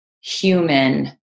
human